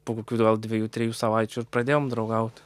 po kokių dviejų trijų savaičių ir pradėjom draugauti